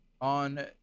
On